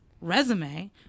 resume